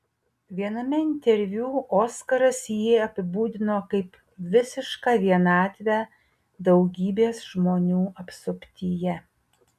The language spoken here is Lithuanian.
viename interviu oskaras jį apibūdino kaip visišką vienatvę daugybės žmonių apsuptyje